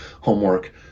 homework